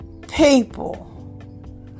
people